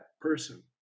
person